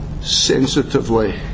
sensitively